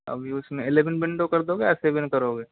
अभी उसमें eleven window कर दोगे या सेवेन करोगे